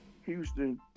Houston